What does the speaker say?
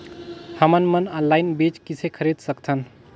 हमन मन ऑनलाइन बीज किसे खरीद सकथन?